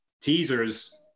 teasers